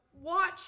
watch